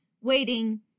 waiting